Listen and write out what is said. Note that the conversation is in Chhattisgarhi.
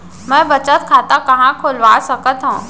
मै बचत खाता कहाँ खोलवा सकत हव?